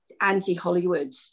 anti-Hollywood